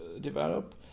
develop